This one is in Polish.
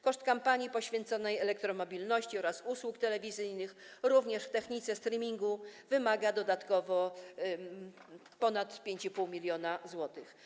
Koszt kampanii poświęconej elektromobilności oraz usług telewizyjnych, również w technice streamingu, wymaga dodatkowo ponad 5,5 mln zł.